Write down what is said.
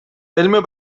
علم